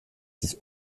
des